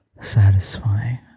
satisfying